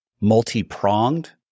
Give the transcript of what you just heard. multi-pronged